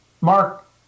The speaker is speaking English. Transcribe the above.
Mark